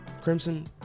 Crimson